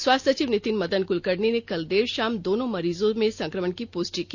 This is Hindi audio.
स्वास्थ्य सचिव नितिन मदन कुलकर्णी ने कल देर शाम दोनों मरीजों में संक्रमण की पुष्टि की